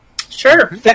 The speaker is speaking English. Sure